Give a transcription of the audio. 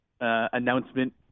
announcement